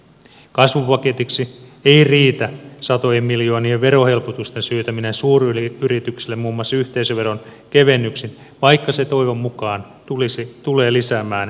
kasvupaketiksi ei riitä satojen miljoonien verohelpotusten syytäminen suuryrityksille muun muassa yhteisöveron kevennyksin vaikka se toivon mukaan tulee lisäämään viennin kilpailukykyä